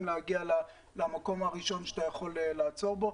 להגיע למקום הראשון שאתה יכול לעצור בו,